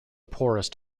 poorest